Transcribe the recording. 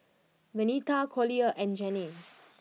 Venita Collier and Janae